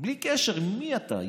בלי קשר מי אתה,